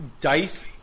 Dice